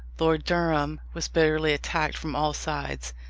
lord durham was bitterly attacked from all sides,